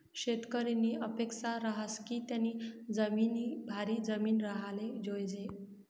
शेतकरीनी अपेक्सा रहास की त्यानी जिमीन भारी जिमीन राव्हाले जोयजे